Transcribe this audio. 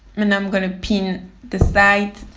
and i'm gonna pin the side